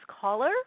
caller